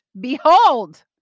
behold